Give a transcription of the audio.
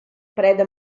preda